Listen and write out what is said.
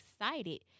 excited